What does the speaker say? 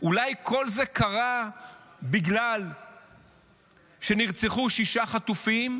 אולי כל זה קרה בגלל שנרצחו שישה חטופים,